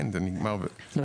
היה?